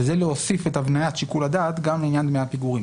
וזה להוסיף את הבניית שיקול הדעת גם לעניין דמי הפיגורים.